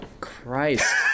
christ